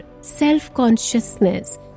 self-consciousness